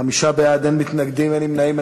חמישה בעד, אין מתנגדים, אין נמנעים.